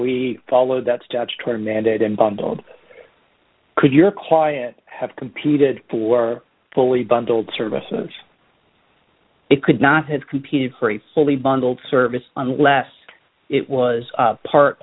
we followed that statutory mandate and bundled could your client have competed for fully bundled services it could not have competed for a fully bundled service unless it was part